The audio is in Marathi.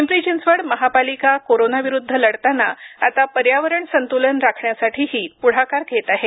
पिंपरी चिंचवड महापालिका कोरोना विरुद्ध लढताना आता पर्यावरण संतुलन राखण्यासाठीही पुढाकार घेत आहे